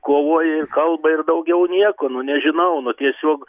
kovoja ir kalba ir daugiau nieko nu nežinau nu tiesiog